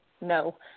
No